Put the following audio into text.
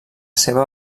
seva